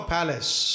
Palace